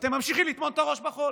ואתם ממשיכים לטמון את הראש בחול.